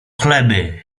chleby